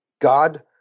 God